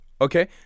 Okay